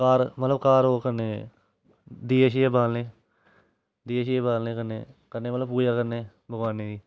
घार मतलब घार ओह् करने दिए छिए बालने दिए छिए बालने कन्नै कन्नै मतलब पूजा करने भगवानै दी